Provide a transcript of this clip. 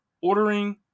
ordering